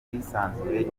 bwisanzure